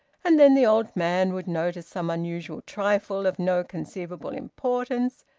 and then the old man would notice some unusual trifle, of no conceivable importance,